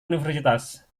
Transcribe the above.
universitas